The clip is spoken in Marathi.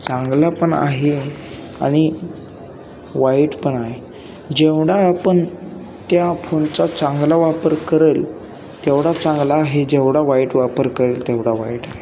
चांगला पण आहे आणि वाईट पण आहे जेवढा आपण त्या फोनचा चांगला वापर करेल तेवढा चांगला आहे जेवढा वाईट वापर करेल तेवढा वाईट आहे